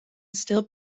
still